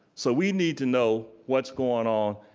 so we need to know what's going on,